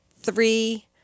three